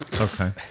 okay